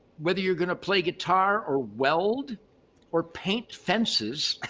whether you're going to play guitar or weld or paint fences